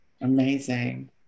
Amazing